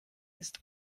ist